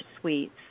suites